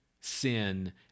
sin